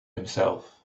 himself